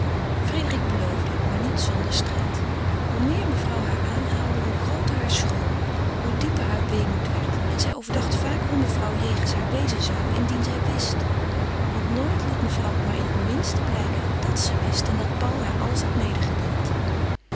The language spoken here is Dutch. frédérique beloofde het maar niet zonder strijd hoe meer mevrouw haar aanhaalde hoe grooter haar schroom hoe dieper haar weemoed werd en zij overdacht vaak hoe mevrouw jegens haar wezen zou indien zij wist want nooit liet mevrouw ook maar in het minste blijken dàt ze wist en dat paul haar alles had